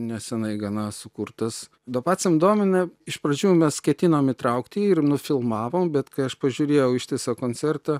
neseniai gana sukurtas dopacam domina iš pradžių mes ketinom įtraukti ir nufilmavom bet kai aš pažiūrėjau ištisą koncertą